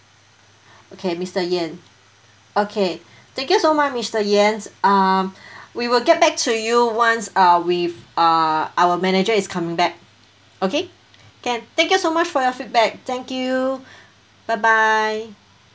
okay mister yen okay thank you so much mister yen um we will get back to you once uh we've uh our manager is coming back okay can thank you so much for your feedback thank you bye bye